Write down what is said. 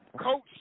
coach